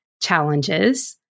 challenges